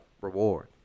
reward